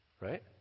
right